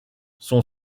son